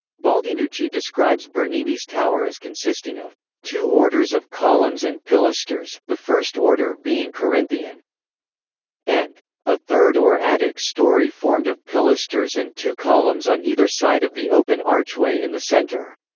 baldinucci describes bernini's tower as consisting of two orders of columns and pilasters, the first order being corinthian and a third or attic story formed of pilasters and two columns on either side of the open archway in the center.